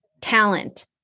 talent